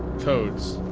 codes.